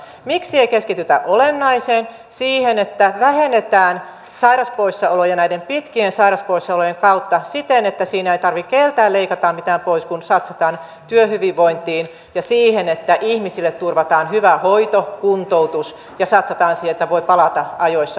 miksi ei keskitytä olennaiseen siihen että vähennetään sairauspoissaoloja näiden pitkien sairauspoissaolojen kautta siten että siinä tarvikkeeltä leikataan pää pois kun satsataan työhyvinvointiin ja siihen että ihmisille turvataan hyvä hoito kuntoutus ja saatetaan siitä voi palata ajoissa